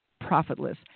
profitless